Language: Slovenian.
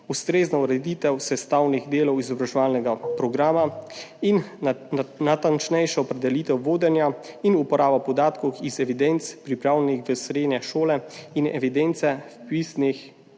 ustrezna ureditev sestavnih delov izobraževalnega programa in natančnejša opredelitev vodenja in uporabe podatkov iz evidenc prijavljenih v srednje šole in evidenc vpisanih